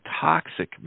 toxic